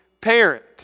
parent